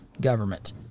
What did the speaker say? government